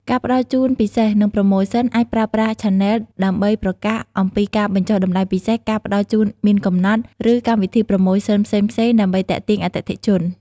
ការផ្ដល់ជូនពិសេស និងប្រូម៉ូសិន អាចប្រើប្រាស់ឆានែល ដើម្បីប្រកាសអំពីការបញ្ចុះតម្លៃពិសេស ការផ្ដល់ជូនមានកំណត់ ឬកម្មវិធីប្រូម៉ូសិនផ្សេងៗ ដើម្បីទាក់ទាញអតិថិជន។